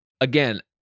again